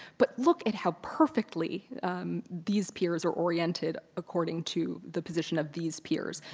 but look at how perfectly these piers are oriented according to the position of these piers.